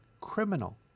criminal